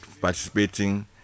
participating